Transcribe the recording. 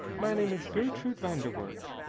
my name is gertruyd van der wert.